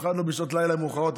במיוחד לא בשעות לילה מאוחרות.